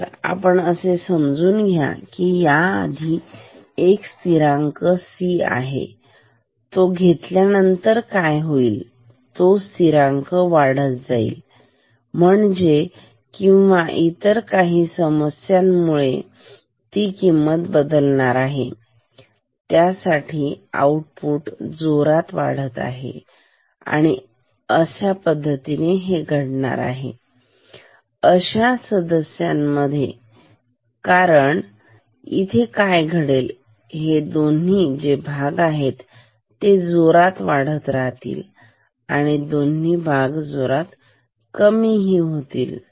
तर आपण असे समजून या की आधी एक स्थिरांक C आहे घेतल्यानंतर काय होईल तो स्थिरांक वाढत जाईल म्हणजे किंवा इतर काही समस्यांमुळे ती किंमत बदलणार आहे साठी आउटपुट जोरात वाढत आहे ठीक आणि या अशा हे घडणार आहे या अशा सदस्यांमध्ये कारण इथे काय घडेल हे दोन्ही जे भाग आहेत ते जोरात वाढत जातील आणि दोन्ही भाग जोरात कमी होतील